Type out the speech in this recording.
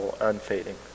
unfading